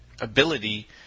ability